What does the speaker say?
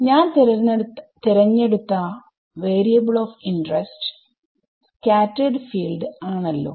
ഞാൻ തിരെഞ്ഞെടുത്ത variable of interests scattered ഫീൽഡ്ആണല്ലോ